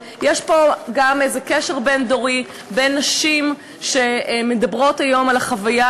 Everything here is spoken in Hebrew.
יש פה גם איזה קשר בין-דורי בין נשים שמדברות היום על החוויה